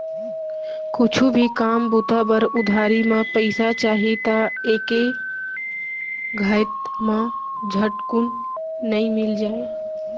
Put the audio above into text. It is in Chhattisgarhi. कुछु भी काम बूता बर उधारी म पइसा चाही त एके घइत म झटकुन नइ मिल जाय